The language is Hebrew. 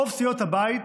רוב סיעות הבית,